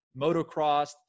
Motocross